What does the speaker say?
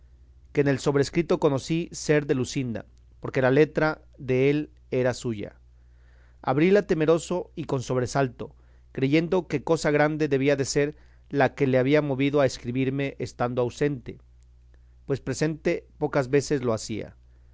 que en el sobrescrito conocí ser de luscinda porque la letra dél era suya abríla temeroso y con sobresalto creyendo que cosa grande debía de ser la que la había movido a escribirme estando ausente pues presente pocas veces lo hacía